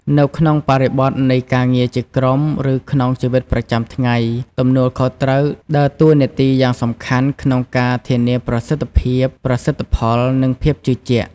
នៅក្នុងបរិបទនៃការងារជាក្រុម ឬក្នុងជីវិតប្រចាំថ្ងៃ ទំនួលខុសដើរតួនាទីយ៉ាងសំខាន់ក្នុងការធានាប្រសិទ្ធភាព ប្រសិទ្ធផល និងភាពជឿជាក់។